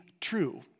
true